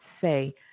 say